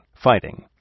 fighting